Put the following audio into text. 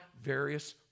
various